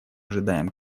ожидаем